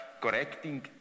correcting